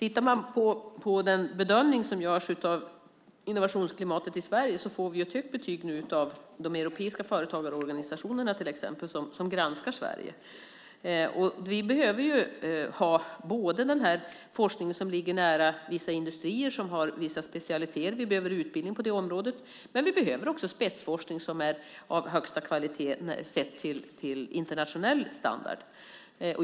I den bedömning som görs av innovationsklimatet i Sverige får vi nu ett högt betyg till exempel av de europeiska företagarorganisationer som granskar Sverige. Vi behöver ha den forskning som ligger nära vissa industrier som har vissa specialiteter. Vi behöver utbildning på det området. Men vi behöver också spetsforskning av högsta kvalitet sett till internationell standard.